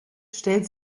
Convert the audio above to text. stellt